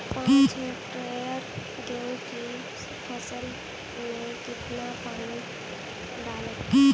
पाँच हेक्टेयर गेहूँ की फसल में कितना पानी डालें?